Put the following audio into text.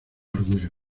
orgullo